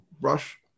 brush